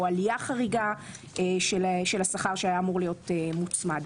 עלייה חריגה של השכר שהיה אמור להיות מוצמד.